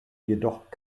jedoch